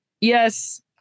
yes